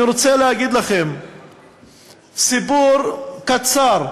אני רוצה לספר לכם סיפור קצר,